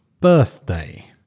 birthday